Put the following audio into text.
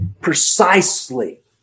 precisely